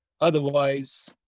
Otherwise